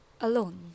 alone